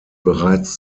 bereits